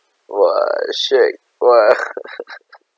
!wah! shit !wah!